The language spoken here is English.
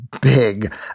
big